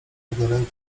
jednoręki